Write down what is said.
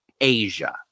Asia